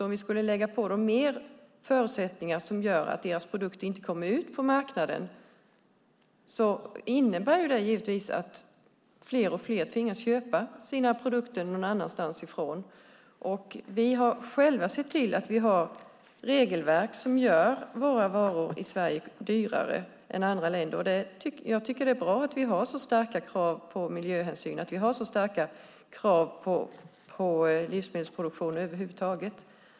Om vi skulle lägga på dem mer förutsättningar som gör att deras produkt inte kommer ut på marknaden innebär det givetvis att fler och fler tvingas köpa sina produkter någon annanstans ifrån. Vi har själva sett till att vi har regelverk som gör våra varor i Sverige dyrare än i andra länder. Jag tycker att det är bra att vi har så starka krav på miljöhänsyn och att vi har så starka krav på livsmedelsproduktion över huvud taget.